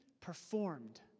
performed